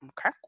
Okay